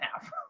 half